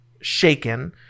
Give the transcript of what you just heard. shaken